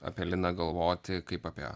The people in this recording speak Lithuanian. apie liną galvoti kaip apie